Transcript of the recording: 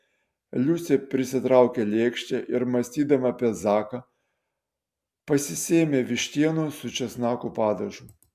liusė prisitraukė lėkštę ir mąstydama apie zaką pasisėmė vištienos su česnakų padažu